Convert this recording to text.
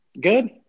Good